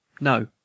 No